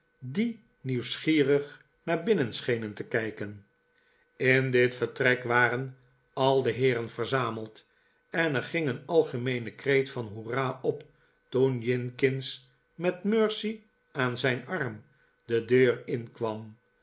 die nieuwsgierig naar f binnen schenen te kijken in dit vertrek waren al de heeren verzameld en er ging een algemeene kreet van hoera op toen jinkins met mercy aan zijn arm de deur in